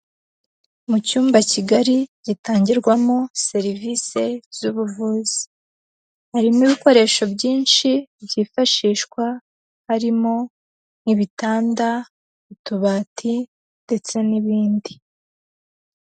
Mu cyumba kigari gitangirwamo serivise z'ubuvuzi, harimo ibikoresho byinshi byifashishwa harimo nk'ibitanda, utubati ndetse n'ibindi.